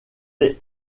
aient